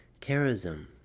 charism